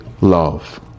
love